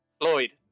Lloyd